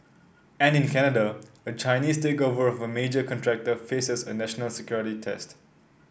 and in Canada a Chinese takeover of a major contractor faces a national security test